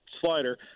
slider